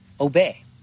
obey